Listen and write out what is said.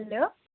hello